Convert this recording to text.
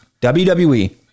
WWE